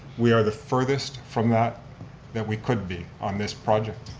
we are the furthest from that that we could be on this project.